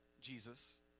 Jesus